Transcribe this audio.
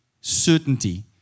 certainty